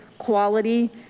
quality,